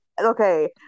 okay